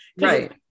right